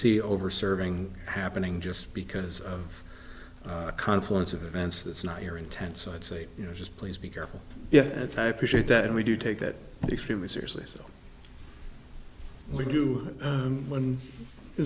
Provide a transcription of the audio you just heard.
see over serving happening just because of a confluence of events that's not your intent so i'd say you know just please be careful yes i appreciate that and we do take that extremely seriously so when you when